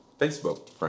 Facebook